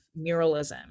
muralism